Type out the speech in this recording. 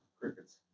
Crickets